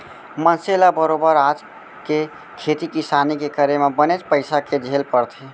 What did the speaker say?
मनसे ल बरोबर आज के खेती किसानी के करे म बनेच पइसा के झेल परथे